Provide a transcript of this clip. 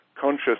conscious